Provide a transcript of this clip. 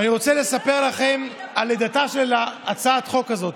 ואני רוצה לספר לכם על לידתה של הצעת החוק הזאת.